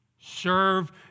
Serve